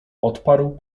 odparł